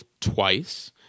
twice